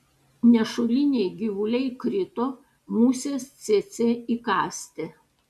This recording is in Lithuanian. nešuliniai gyvuliai krito musės cėcė įkąsti